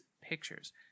pictures